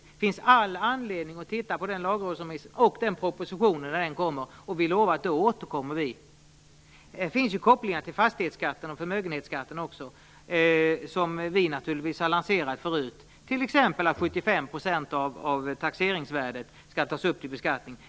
Det finns all anledning att titta på den lagrådsremissen och på propositionen när den kommer. Vi lovar att vi återkommer då. Det finns kopplingar till fastighetsskatten och förmögenhetsskatten. Vi har lanserat förslag förut, t.ex. att 75 % av taxeringsvärdet skall tas upp till beskattning.